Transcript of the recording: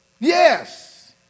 Yes